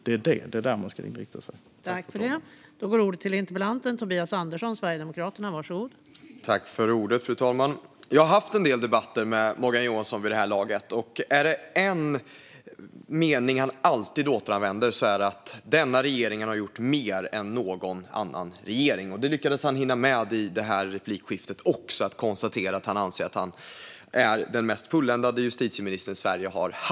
Det är det som man ska inrikta sig på.